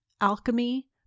alchemy